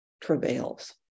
travails